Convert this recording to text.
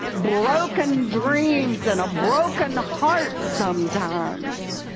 broken dreams, and a broken heart sometimes,